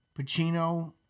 Pacino